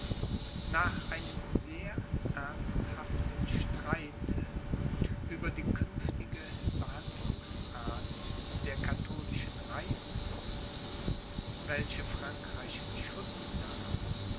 nach einem sehr ernsthaften streite über die künftige behandlungsart der katholischen reichsfürsten welche frankreich in schutz nahm